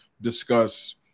discuss